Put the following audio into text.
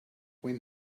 when